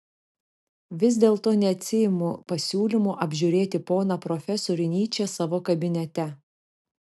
vis dėlto neatsiimu pasiūlymo apžiūrėti poną profesorių nyčę savo kabinete